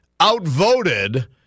outvoted